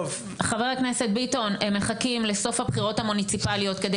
חבר הכנסת ביטון הם מחכים לסוף הבחירות המוניציפליות כדי